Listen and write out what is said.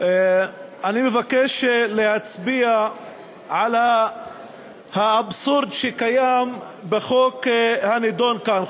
אני מבקש להצביע על האבסורד שקיים בחוק הנדון כאן,